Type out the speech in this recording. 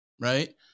right